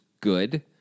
good